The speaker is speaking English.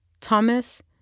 Thomas